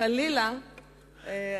חלילה,